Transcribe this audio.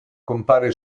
compare